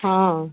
हँ